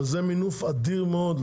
אבל זה מינוף אדיר מאוד.